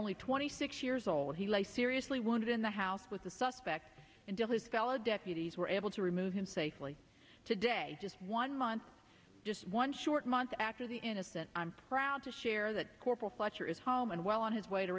only twenty six years old he lay seriously wounded in the house with the suspect until his fellow deputies were able to remove him safely today just one month just one short months after the innocent i'm proud to share that corporal fletcher is home and well on his way to